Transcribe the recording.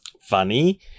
funny